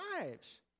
lives